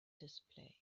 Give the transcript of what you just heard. display